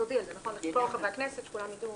תודיעי לכל חברי הכנסת, שכולם יידעו.